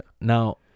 Now